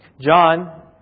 John